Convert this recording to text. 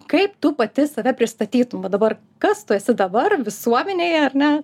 kaip tu pati save pristatytum va dabar kas tu esi dabar visuomenėje ar ne